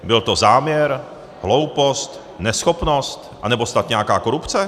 Byl to záměr, hloupost, neschopnost, anebo snad nějaká korupce?